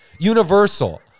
Universal